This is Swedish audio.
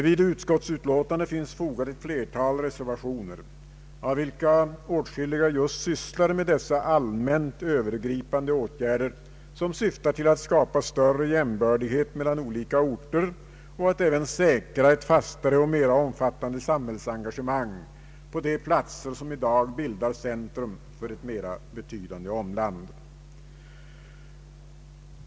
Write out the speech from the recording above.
Vid utskottsutlåtandet finns fogade ett flertal reservationer, av vilka åtskilliga just sysslar med dessa allmänt övergripande åtgärder som syftar till att skapa större jämbördighet mellan olika orter och att även säkra ett fastare och mera omfattande samhällsen gagemang på de platser som i dag bildar centrum för ett mera betydande omland.